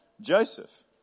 Joseph